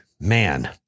man